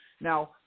Now